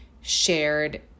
shared